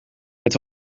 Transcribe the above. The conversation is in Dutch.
het